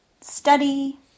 study